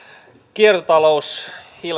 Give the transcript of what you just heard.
kiertotalous